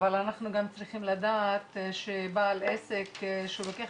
אבל אנחנו גם צריכים לדעת שבעל עסק שלוקח